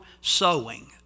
sowing